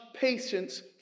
patience